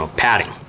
ah padding.